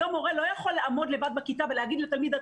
היום מורה לא יכול לעמוד לבד בכיתה ולהגיד לתלמיד: